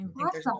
Awesome